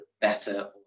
better